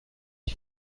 die